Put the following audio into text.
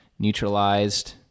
neutralized